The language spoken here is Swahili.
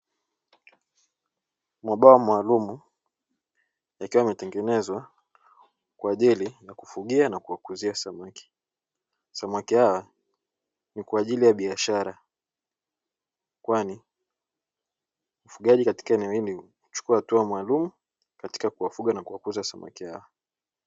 Mabwawa maalumu yakiwa yametengenezwa kwa ajili ya kufugia na kuwakuzia samaki, samaki hawa ni kwa ajili ya biashara kwani ufugaji katika eneo hili huchukua hatua maalumu katika kuwafuga na kuwakuza samaki hawa.